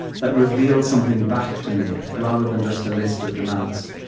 that reveals something back to me, rather than just a list of demands?